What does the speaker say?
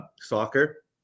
soccer